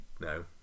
no